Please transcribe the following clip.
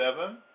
seven